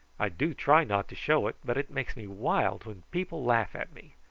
i do try not to show it, but it makes me wild when people laugh at me.